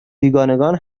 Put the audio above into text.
بیگانگان